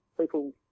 people